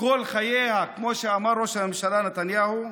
כל חייה, כמו שאמר ראש הממשלה נתניהו?